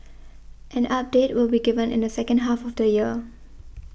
an update will be given in the second half of the year